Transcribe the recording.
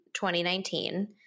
2019